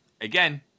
again